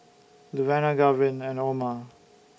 Luvenia Garvin and Oma